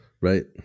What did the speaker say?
right